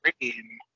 green